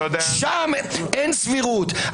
שם אין סבירות.